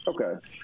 Okay